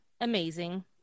Amazing